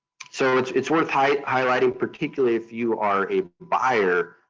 so, it's it's worth highlighting, particularly if you are a buyer.